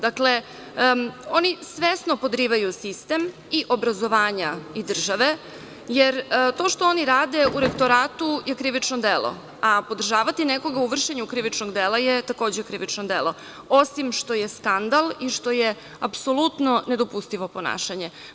Dakle, oni svesno podrivaju sistem i obrazovanja i države, jer to što oni rade u Rektoratu je krivično delo, a podržavati nekoga u vršenju krivičnog dela je takođe krivično delo, osim što je skandal i što je apsolutno nedopustivo ponašanje.